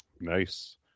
Nice